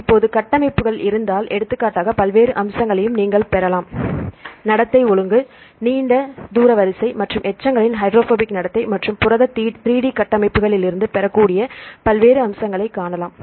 இப்போது கட்டமைப்புகள் இருந்தால் எடுத்துக்காட்டாக பல்வேறு அம்சங்களையும் நீங்கள் பெறலாம் நடத்தை ஒழுங்கு நீண்ட தூர வரிசை மற்றும் எச்சங்களின் ஹைட்ரோபோபிக் நடத்தை மற்றும் புரத 3D கட்டமைப்புகளிலிருந்து பெறக்கூடிய பல்வேறு அம்சங்களை காணலாம்